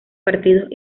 partidos